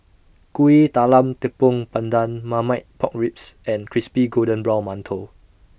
Kuih Talam Tepong Pandan Marmite Pork Ribs and Crispy Golden Brown mantou